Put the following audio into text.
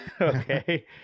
okay